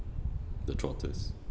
the trotters